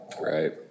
right